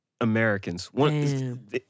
Americans